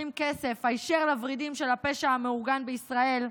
כסף היישר לוורידים של הפשע המאורגן בישראל,